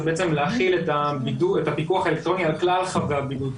להחיל את הפיקוח האלקטרוני על כלל חבי הבידוד,